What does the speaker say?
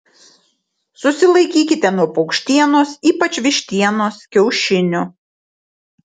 susilaikykite nuo paukštienos ypač vištienos kiaušinių